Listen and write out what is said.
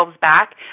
back